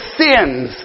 sins